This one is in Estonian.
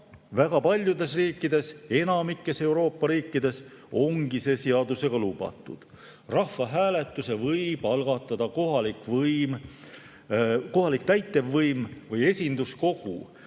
Väga paljudes riikides, enamikus Euroopa riikides ongi see seadusega lubatud. Rahvahääletuse võib algatada kohalik võim, kohalik täitevvõim või esinduskogu